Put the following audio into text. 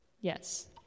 Yes